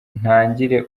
ntangire